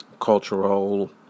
cultural